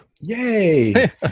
Yay